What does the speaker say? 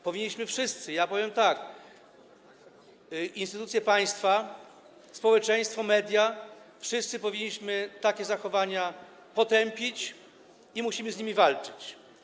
Powinniśmy wszyscy - powiem tak: instytucje państwa, społeczeństwo, media, wszyscy powinniśmy - takie zachowania potępić i musimy z nimi walczyć.